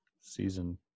season